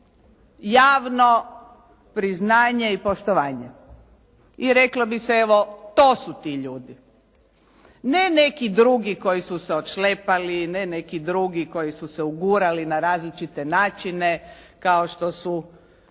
javno priznanje i poštovanje i reklo bi se evo to su ti ljudi. Ne neki drugi koji su se odšlepali, ne neki drugi koji su se ugurali na različite načine kao što su